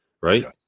right